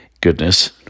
goodness